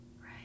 Right